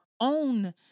own